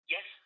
Yes